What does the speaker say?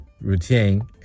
routine